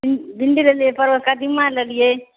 भिण्डी लेलियै परवल कदीमा लेलियै